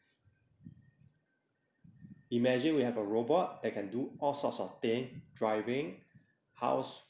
imagine we have a robot that can do all sorts of thing driving house